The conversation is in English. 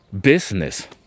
business